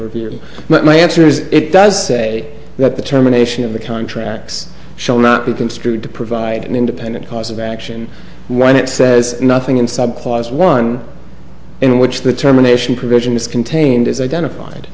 review but my answer is it does say that the terminations of the contracts shall not be construed to provide an independent cause of action when it says nothing in subclause one in which the terminations provision is contained is identified